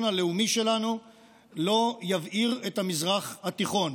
הלאומי שלנו לא יבעיר את המזרח התיכון.